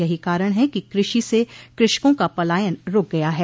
यही कारण है कि कृषि से कृषकों का पलायन रूक गया है